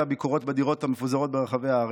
ביקורות בדירות המפוזרות ברחבי הארץ.